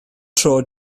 tro